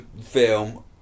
film